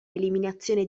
eliminazione